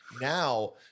Now